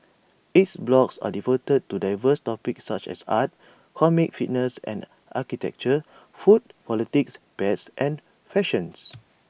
its blogs are devoted to diverse topics such as art comics fitness and architecture food politics pets and fashions